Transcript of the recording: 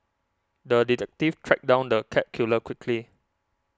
the detective tracked down the cat killer quickly